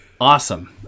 Awesome